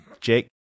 Jake